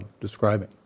describing